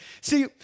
See